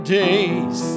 days